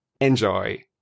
Enjoy